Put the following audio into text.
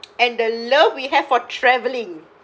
and the love we have for travelling